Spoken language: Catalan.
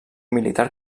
militar